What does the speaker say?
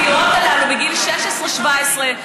הצעירות הללו בגיל 16 17,